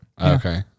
Okay